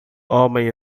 homem